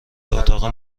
اتاق